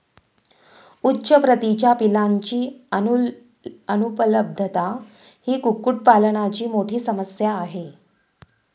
उच्च प्रतीच्या पिलांची अनुपलब्धता ही कुक्कुटपालनाची मोठी समस्या आहे